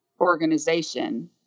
organization